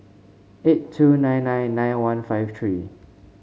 eight two nine nine nine one five three